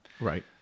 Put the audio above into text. Right